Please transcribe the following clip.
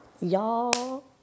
y'all